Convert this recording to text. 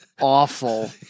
awful